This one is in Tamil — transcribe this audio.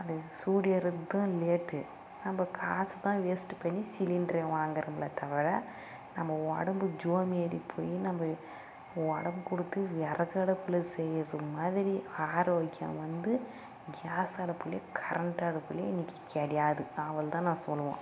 அது சூடு ஏறுவதும் லேட்டு நம்ப காசு தான் வேஸ்ட்டு பண்ணி சிலிண்ட்ரு வாங்குறம்ல தவிர நம்ம உடம்பு ஜோம் ஏறிப்போய் நம்ப உடம்புக்குடுத்து விறகடுப்புல செய்வது மாதிரி ஆரோக்கியம் வந்து கேஸ் அடுப்புலையும் கரெண்ட் அடுப்புலையும் இன்னிக்கு கிடையாது அவ்வளோதான் நான் சொல்லுவோம்